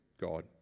God